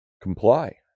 comply